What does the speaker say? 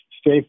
stay